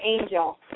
angel